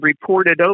reported